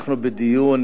אנחנו בדיון